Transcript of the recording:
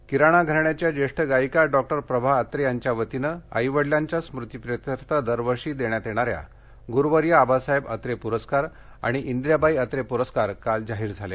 परस्कार किराणा घराण्याच्या ज्येष्ठ गायिका डॉक्टर प्रभा अत्रे यांच्या वतीनं आई वडिलांच्या स्मृतिप्रित्यर्थ दरवर्षी देण्यात येणा या गुरुवर्य आबासाहेब अत्रे पुरस्कार आणि इंदिराबाई अत्रे पुरस्कार काल जाहीर झाले